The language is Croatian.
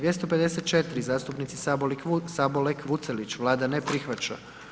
254. zastupnici Sabolek, Vucelić, Vlada ne prihvaća.